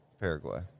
Paraguay